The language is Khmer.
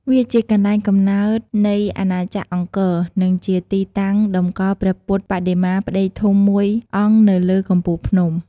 វាជាកន្លែងកំណើតនៃអាណាចក្រអង្គរ និងជាទីតាំងតម្កល់ព្រះពុទ្ធបដិមាផ្ដេកធំមួយអង្គនៅលើកំពូលភ្នំ។